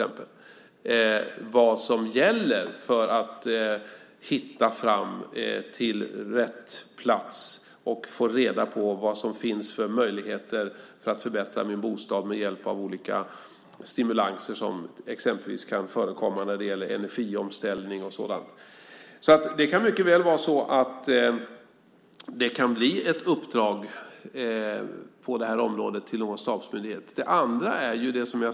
Man ska kunna hitta fram till rätt plats och få reda på vilka möjligheter som finns för att förbättra sin bostad med hjälp av olika stimulanser som kan förekomma när det gäller exempelvis energiomställning. Det kan alltså mycket väl vara så att någon stabsmyndighet kan få ett uppdrag på detta område.